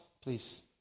please